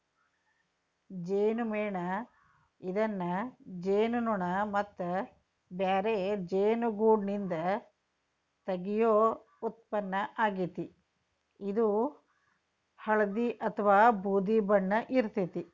ಜೇನುಮೇಣ ಇದನ್ನ ಜೇನುನೋಣ ಮತ್ತ ಬ್ಯಾರೆ ಜೇನುಗೂಡ್ನಿಂದ ತಗಿಯೋ ಉತ್ಪನ್ನ ಆಗೇತಿ, ಇದು ಹಳ್ದಿ ಅತ್ವಾ ಬೂದಿ ಬಣ್ಣ ಇರ್ತೇತಿ